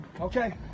Okay